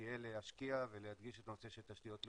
תהיה להשקיע ולהדגיש את הנושא של תשתיות לאומיות.